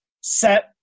set